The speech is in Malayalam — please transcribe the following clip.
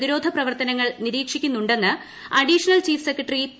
പ്രതിരോധപ്രവർത്തനങ്ങൾ നിരീക്ഷിക്കുന്നുണ്ടെന്ന് അഡീഷണൽ ചീഫ് സെക്രട്ടറി പി